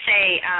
say